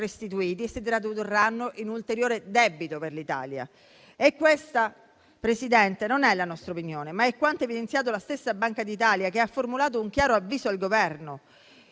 restituite e si tradurranno in un ulteriore debito per l'Italia. Questa, Presidente, non è la nostra opinione, ma è quanto ha evidenziato la stessa Banca d'Italia che ha formulato un chiaro avviso al Governo,